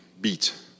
Beat